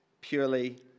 purely